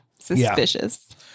Suspicious